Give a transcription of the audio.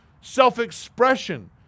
Self-expression